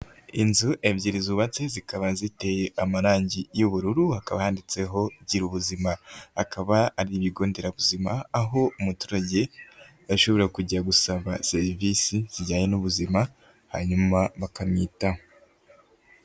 Inzu ebyiri zubatse zikaba ziteye amarangi y'ubururu hakaba handitseho girubuzima, akaba ari ibigo nderabuzima aho umuturage ashobora kujya gusaba serivisi zijyanye n'ubuzima hanyuma bakanyitaho.